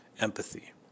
empathy